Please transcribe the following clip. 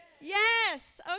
Yes